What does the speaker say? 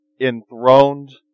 enthroned